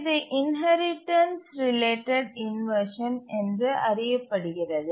இது inheritance related inversion என்று அறியப்படுகிறது